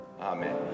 Amen